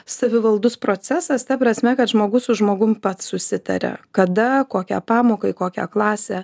savivaldus procesas ta prasme kad žmogus su žmogum pats susitaria kada kokią pamoką į kokią klasę